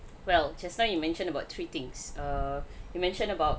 well just now you mentioned about three things err you mentioned about